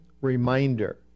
reminder